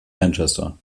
manchester